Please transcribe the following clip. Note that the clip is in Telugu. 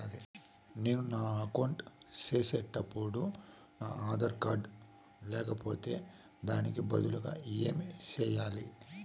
నేను నా అకౌంట్ సేసేటప్పుడు ఆధార్ కార్డు లేకపోతే దానికి బదులు ఏమి సెయ్యాలి?